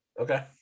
Okay